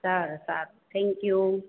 સારું સારું થેન્કયુ